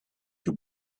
you